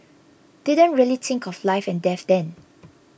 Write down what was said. didn't really think of life and death then